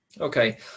Okay